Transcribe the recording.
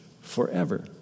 forever